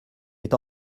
est